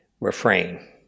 refrain